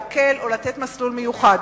להקל או לתת מסלול מיוחד.